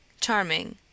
Charming